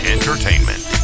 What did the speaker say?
Entertainment